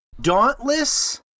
Dauntless